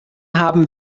haben